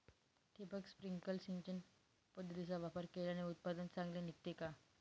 ठिबक, स्प्रिंकल सिंचन पद्धतीचा वापर केल्याने उत्पादन चांगले निघते का?